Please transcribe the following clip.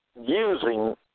using